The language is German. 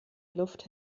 luft